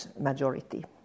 majority